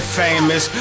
famous